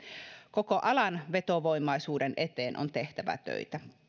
koko alan vetovoimaisuuden eteen on tehtävä töitä